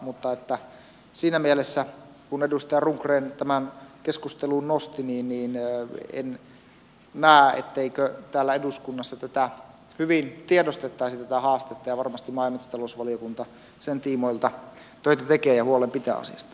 mutta siinä mielessä edustaja rundgren tämän keskusteluun nosti en näe etteikö täällä eduskunnassa hyvin tiedostettaisi tätä haastetta ja varmasti maa ja metsätalousvaliokunta sen tiimoilta töitä tekee ja huolen pitää asiasta